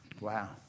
Wow